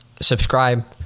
subscribe